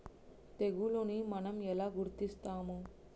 తెగులుని మనం ఎలా గుర్తిస్తాము?